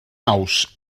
naus